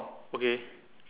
okay